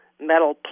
metal